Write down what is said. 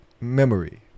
memory